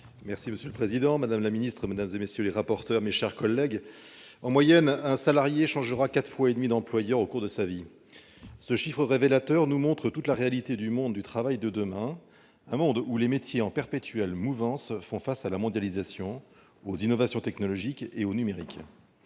Monsieur le président, madame la ministre, madame, monsieur les rapporteurs, mes chers collègues, en moyenne, un salarié changera 4,5 fois d'employeur au cours de sa vie. Ce chiffre révélateur nous montre toute la réalité du monde du travail de demain : un monde où les métiers, en perpétuelle mouvance, font face à la mondialisation, aux innovations technologiques et au numérique.